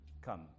come